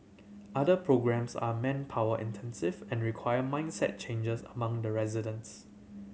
other programmes are manpower intensive and require mindset changes among the residents